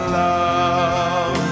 love